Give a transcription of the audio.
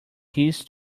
his